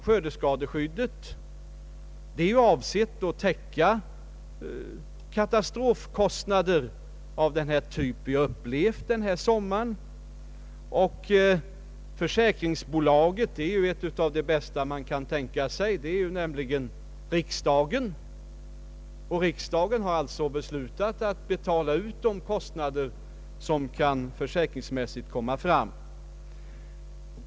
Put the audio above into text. Skördeskadeskyddet är ju avsett att täcka kostnader för katastrofer av den typ vi upplevt i sommar, och »försäkringsbolaget» är ett av de bästa man kan tänka sig, nämligen riksdagen. Denna har beslutat att betala ut de kostnader som man försäkringsmässigt kan komma fram till.